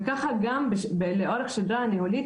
וכך גם לאורך השדרה הניהולית,